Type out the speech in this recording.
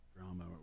Drama